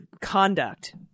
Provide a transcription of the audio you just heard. conduct